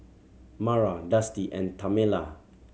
Mara Dusty and Tamela